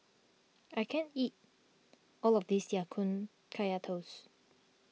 I can't eat all of this Ya Kun Kaya Toast